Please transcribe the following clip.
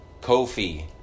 Kofi